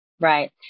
Right